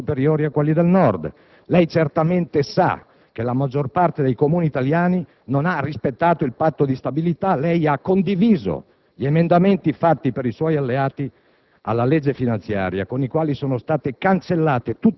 che i trasferimenti ai Comuni del Sud sono spesso 100 volte superiori a quelli del Nord; lei certamente sa che la maggior parte dei Comuni italiani non ha rispettato il Patto di stabilità; lei ha condiviso gli emendamenti fatti per i suoi alleati